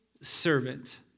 servant